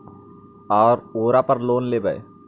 ओरापर लोन लेवै?